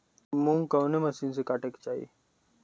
मूंग कवने मसीन से कांटेके चाही?